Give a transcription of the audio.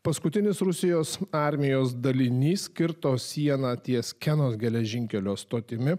paskutinis rusijos armijos dalinys kirto sieną ties kenos geležinkelio stotimi